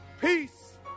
peace